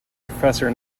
professor